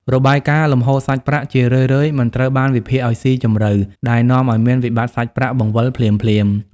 របាយការណ៍លំហូរសាច់ប្រាក់ជារឿយៗមិនត្រូវបានវិភាគឱ្យស៊ីជម្រៅ ដែលនាំឱ្យមានវិបត្តិសាច់ប្រាក់បង្វិលភ្លាមៗ។